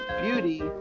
Beauty